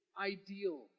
ideal